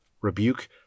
Rebuke